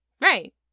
Right